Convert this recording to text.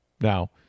Now